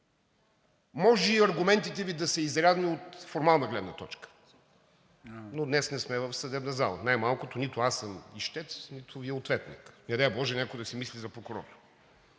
Може и аргументите Ви да са изрядни от формална гледна точка, но днес не сме в съдебна зала, най-малкото нито аз съм ищец, нито Вие ответник. Не дай боже, някой да се мисли за прокурор.